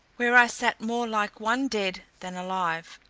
where i sat more like one dead than alive,